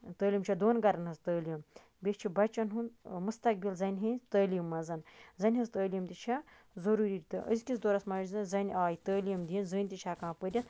تعلیٖم چھےٚ دون گرَن ہنز تعلیٖم بیٚیہِ چھُ بَچن ہُند مستَقبِل زَنہِ ہِندۍ تعلیٖم منٛز ہن زَنہِ ہنز تعلیٖم تہِ چھِ ضروٗری تہٕ أزکِس دورَس منٛز زانہِ آیہِ تعلیٖم دِتھ زٔنۍ تہِ چھےٚ ہٮ۪کان پٔرِتھ